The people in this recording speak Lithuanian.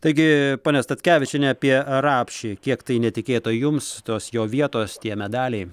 taigi ponia statkevičiene apie rapšį kiek tai netikėta jums tos jo vietos tie medaliai